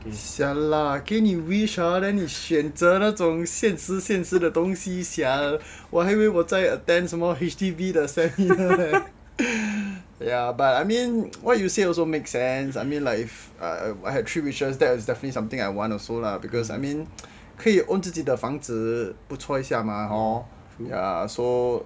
!siala! 给你 wish ah then 你选择那种现实现实的东西 sia 我还以为我在 attend 什么 H_D_B the seminar eh ya but I mean what you said also make sense I mean like I had three wishes that there's definitely something I want also lah because I mean 可以 own 自己的房子不错一下 mah hor so